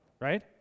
right